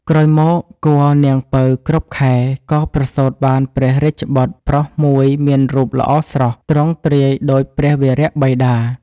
ក្រោយមកគភ៌‌នាង ពៅ គ្រប់ខែ ក៏ប្រសូតបានព្រះរាជបុត្រប្រុសមួយមានរូបល្អស្រស់ ទ្រង់ទ្រាយដូចព្រះវរបិតា។